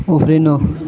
उफ्रिनु